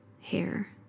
hair